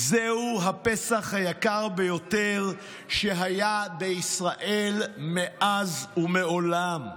זהו הפסח היקר ביותר שהיה בישראל מאז ומעולם.